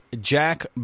Jack